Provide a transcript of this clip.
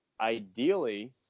ideally